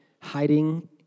hiding